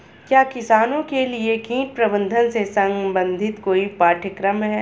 क्या किसानों के लिए कीट प्रबंधन से संबंधित कोई पाठ्यक्रम है?